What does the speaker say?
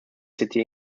city